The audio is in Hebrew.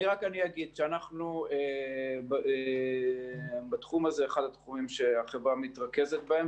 אני רק אגיד שהתחום הזה הוא אחד התחומים שהחברה מתרכזת בהם,